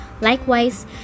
Likewise